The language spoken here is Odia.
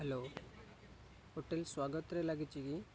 ହ୍ୟାଲୋ ହୋଟେଲ୍ ସ୍ଵାଗତରେ ଲାଗିଛି କି